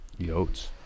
Yotes